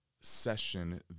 session